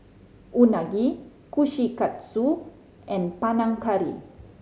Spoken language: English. Unagi Kushikatsu and Panang Curry